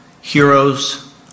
heroes